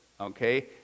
okay